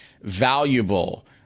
valuable